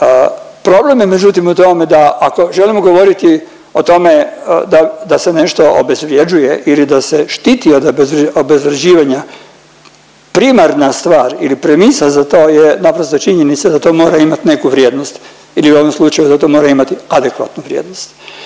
Problem je međutim u tome da ako želimo govoriti o tome da, da se nešto obezvrjeđuje ili da se štiti od obezvrjeđivanja, primarna stvar ili premisa za to je naprosto činjenica da to mora imat neku vrijednost ili u ovom slučaju da to mora imati adekvatnu vrijednost.